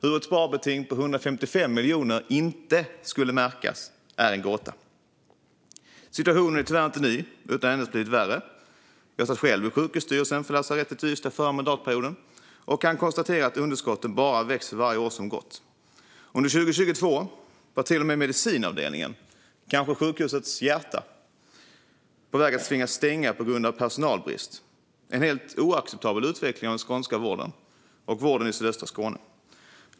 Hur ett sparbeting på 155 miljoner inte skulle märkas är en gåta. Situationen är tyvärr inte ny, utan den har endast blivit värre. Jag satt själv i sjukhusstyrelsen för lasarettet i Ystad under förra mandatperioden och kan konstatera att underskotten bara har växt för varje år som gått. Under 2022 var till och med medicinavdelningen, kanske sjukhusets hjärta, på väg att tvingas stänga på grund av personalbrist. Det är en helt oacceptabel utveckling av den skånska vården och vården i sydöstra Skåne.